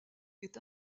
est